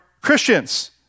Christians